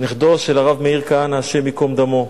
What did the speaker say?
נכדו של הרב מאיר כהנא, השם ייקום דמו.